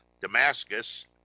Damascus